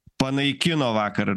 panaikino vakar